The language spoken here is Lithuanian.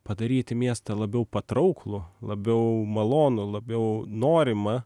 padaryti miestą labiau patrauklų labiau malonų labiau norimą